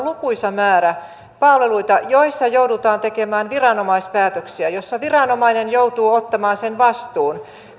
on lukuisa määrä palveluita joissa joudutaan tekemään viranomaispäätöksiä joissa viranomainen joutuu ottamaan sen vastuun